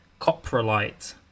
Coprolite